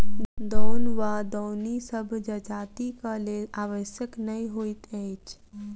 दौन वा दौनी सभ जजातिक लेल आवश्यक नै होइत अछि